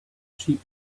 sheep